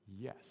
yes